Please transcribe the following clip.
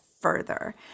further